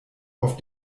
auf